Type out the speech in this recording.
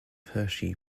hershey